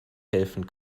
helfen